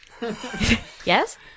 Yes